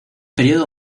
período